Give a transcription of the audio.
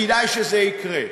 כדאי שזה יקרה.